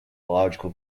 biological